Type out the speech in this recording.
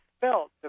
felt